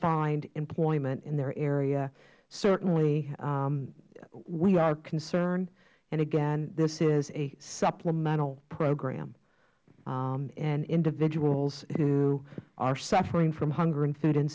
find employment in their area certainly we are concerned and again this is a supplemental program individuals who are suffering from hunger and food